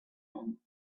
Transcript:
tent